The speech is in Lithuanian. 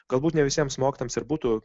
galbūt ne visiems mokytojams ir būtų